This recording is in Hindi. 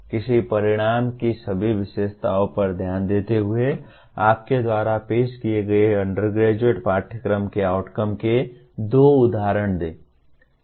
किसी परिणाम की सभी विशेषताओं पर ध्यान देते हुए आपके द्वारा पेश किए गए अंडरग्रेजुएट पाठ्यक्रम के आउटकम के दो उदाहरण दें